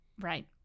Right